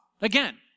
again